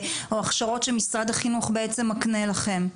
או הכשרות שמשרד החינוך מקנה לכם?